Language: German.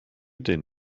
den